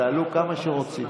תעלו כמה שרוצים.